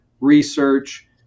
research